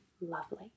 lovely